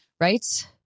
right